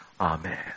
Amen